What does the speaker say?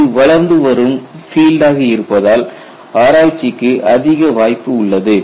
இது வளர்ந்து வரும் பீல்டாக இருப்பதால் ஆராய்ச்சிக்கு அதிக வாய்ப்பு உள்ளது